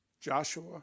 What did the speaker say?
Joshua